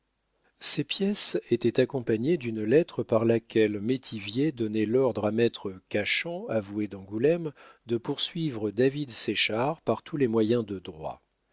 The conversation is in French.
ces pièces étaient accompagnées d'une lettre par laquelle métivier donnait l'ordre à maître cachan avoué d'angoulême de poursuivre david séchard par tous les moyens de droit